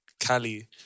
Cali